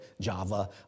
Java